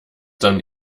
dann